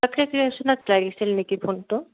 লাগিছিল নেকি ফোনটো